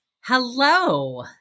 Hello